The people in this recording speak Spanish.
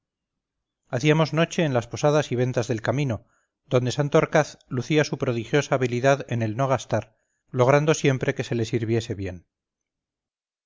hacíamos noche en las posadas y ventas del camino donde santorcaz lucía su prodigiosa habilidad en el no gastar logrando siempre que se le sirviese bien